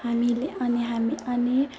हामीले अनि हामी अनि